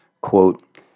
quote